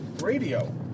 Radio